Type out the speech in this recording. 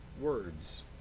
words